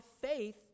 faith